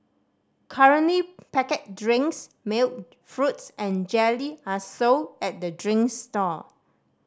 currently packet drinks milk fruits and jelly are sold at the drinks stall